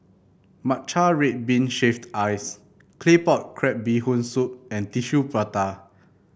Matcha Red Bean Shaved Ice Claypot Crab Bee Hoon Soup and Tissue Prata